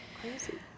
Crazy